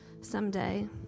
someday